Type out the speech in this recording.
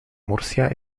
murcia